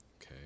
okay